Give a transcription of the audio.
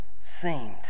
seemed